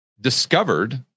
discovered